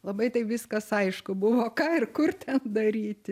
labai taip viskas aišku buvo ką ir kur ten daryti